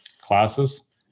classes